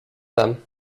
them